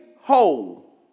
whole